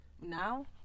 Now